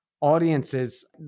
audiences